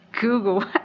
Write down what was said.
Google